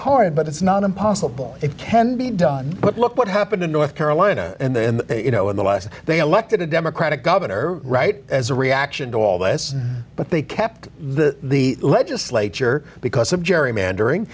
hard but it's not impossible it can be done but look what happened in north carolina and then you know in the lie they elected a democratic governor right as a reaction to all this but they kept the legislature because of gerrymandering